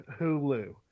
Hulu